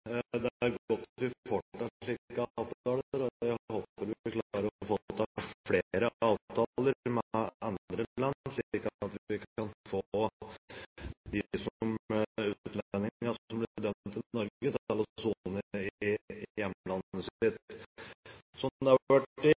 Det er godt vi får til slike avtaler. Jeg håper vi klarer å få til flere avtaler, med andre land, slik at de utlendingene som blir dømt i Norge, kan sone i hjemlandet sitt. Som det har vært